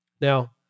Now